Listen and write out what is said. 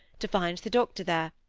to find the doctor there,